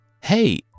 Hey